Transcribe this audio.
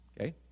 Okay